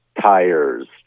tires